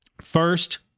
First